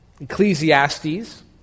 Ecclesiastes